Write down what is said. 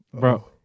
Bro